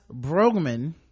brogman